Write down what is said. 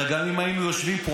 הרי גם אם היינו יושבים פה,